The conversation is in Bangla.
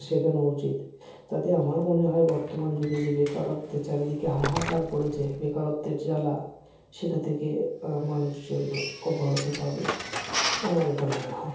শেখানো উচিত তাতে আমার মনে হয় বর্তমান যুগে যে বেকারত্বের চারিদিকে হাহাকার পড়েছে বেকারত্বের জ্বালা সেটা থেকে মানুষজন অব্যাহত পাবে আমার এটা মনে হয়